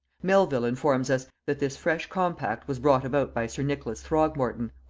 melvil informs us that this fresh compact was brought about by sir nicholas throgmorton,